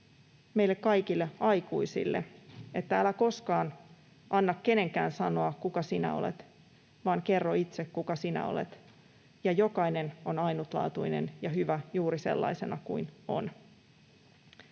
meille kaikille aikuisille — että älä koskaan anna kenenkään sanoa, kuka sinä olet, vaan kerro itse, kuka sinä olet, ja jokainen on ainutlaatuinen ja hyvä juuri sellaisena kuin on.